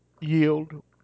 yield